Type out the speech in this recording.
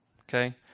Okay